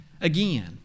Again